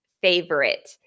favorite